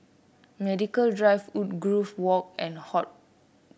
Medical Drive Woodgrove Walk and HortPark